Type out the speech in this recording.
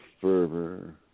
fervor